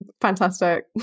fantastic